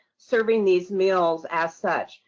serving these meals as such.